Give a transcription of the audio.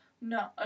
no